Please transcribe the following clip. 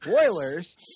spoilers